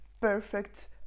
perfect